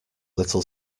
little